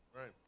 Right